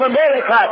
America